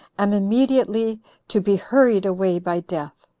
am immediately to be hurried away by death.